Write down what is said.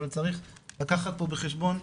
אבל צריך לקחת פה בחשבון,